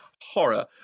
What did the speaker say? horror